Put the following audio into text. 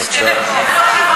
נשארים